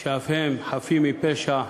שאף הם חפים מפשע,